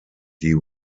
die